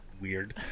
weird